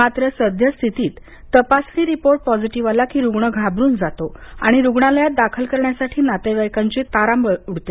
मात्र सद्य स्थितीत तपासणी रिपोर्ट पॉसिटीव्ह आला की रुग्ण घाबरून जातो आणि रुग्णालयात दाखल करण्यासाठी नातेवाईकांची तारांबळ उडते